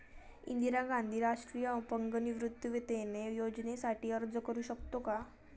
इंदिरा गांधी राष्ट्रीय अपंग निवृत्तीवेतन योजनेसाठी अर्ज करू शकतो का?